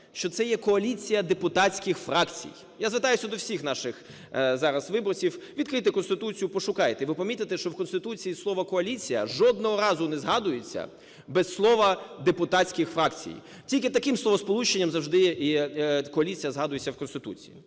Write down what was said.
що це є коаліція депутатських фракцій. Я звертаюся до всіх наших зараз виборців: відкрийте Конституцію, пошукайте, і ви помітите, що в Конституції слово "коаліція" жодного разу не згадується без слова "депутатських фракцій", тільки таким словосполученням завжди коаліція згадується в Конституції.